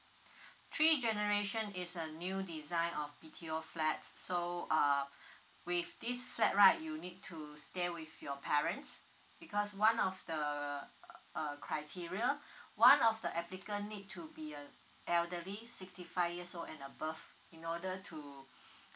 three generation is a new design of B_T_O flats so uh with this flat right you need to stay with your parents because one of the uh criteria one of the applicant need to be a elderly sixty five years old and above in order to